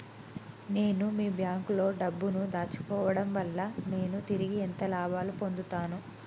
నేను మీ బ్యాంకులో డబ్బు ను దాచుకోవటం వల్ల నేను తిరిగి ఎంత లాభాలు పొందుతాను?